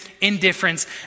indifference